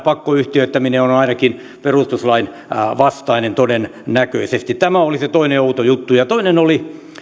pakkoyhtiöittäminen on on todennäköisesti perustuslain vastainen tämä oli se toinen outo juttu toinen oli